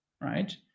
right